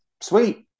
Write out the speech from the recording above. Sweet